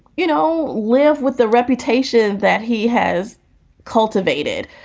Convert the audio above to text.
you know, live with the reputation that he has cultivated.